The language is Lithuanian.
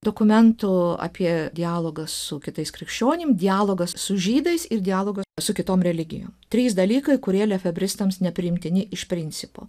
dokumentų apie dialogą su kitais krikščionims dialogas su žydais ir dialogo su kitom religijom trys dalykai kurie lefebristams nepriimtini iš principo